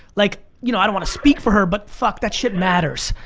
like you know i don't want to speak for her, but fuck, that shit matters.